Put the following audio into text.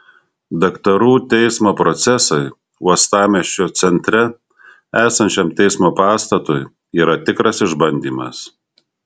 daktarų teismo procesai uostamiesčio centre esančiam teismo pastatui yra tikras išbandymas